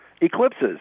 eclipses